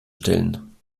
stellen